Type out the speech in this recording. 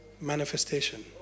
manifestation